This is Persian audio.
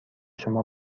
شما